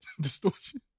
Distortion